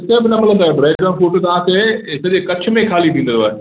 किथे बि न मिलंदव ड्रैगन फ्रूट तव्हां खे हिकिड़ी कच्छ में खाली ॾींदव